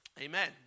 Amen